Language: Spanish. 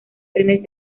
trenes